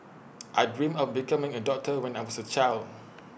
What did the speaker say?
I dreamt of becoming A doctor when I was A child